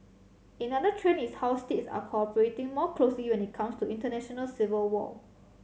another trend is how states are cooperating more closely when it comes to international civil law